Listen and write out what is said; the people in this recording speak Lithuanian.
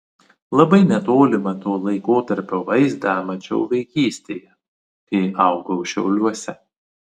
labai netolimą to laikotarpio vaizdą mačiau vaikystėje kai augau šiauliuose